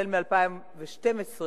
החל מ-2012,